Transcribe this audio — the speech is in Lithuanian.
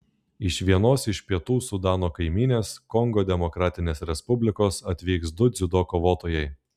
iš vienos iš pietų sudano kaimynės kongo demokratinės respublikos atvyks du dziudo kovotojai